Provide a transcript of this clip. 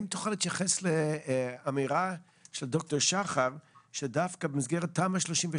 תוכל להתייחס לאמירה של דוקטור שחר שדווקא במסגרת תמ"א 32